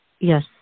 Yes